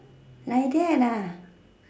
like that ah